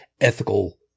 ethical